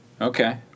Okay